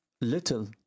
little